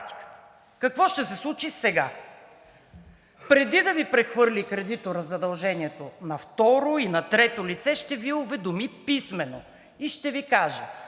Какво ще се случи сега? Преди да Ви прехвърли кредитора задължението на второ и на трето лице, ще Ви уведоми писмено и ще Ви каже: